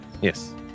Yes